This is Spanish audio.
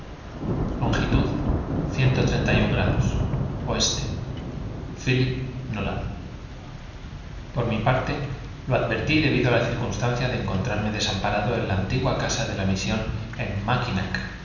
unidos lat s long o phílip nolan por mi parte lo advertí debido a la circunstancia de encontrarme desamparado en la antigua casa de la misión en